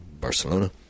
Barcelona